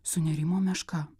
sunerimo meška